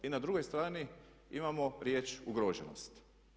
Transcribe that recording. I na drugoj strani imamo riječ "ugroženost"